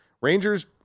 Rangers